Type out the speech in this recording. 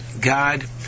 God